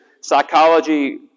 psychology